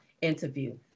interview